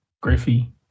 Griffey